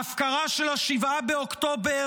ההפקרה של 7 באוקטובר,